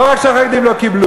לא רק שהחרדים לא קיבלו.